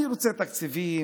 אני רוצה תקציבים,